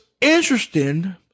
interesting